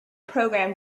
program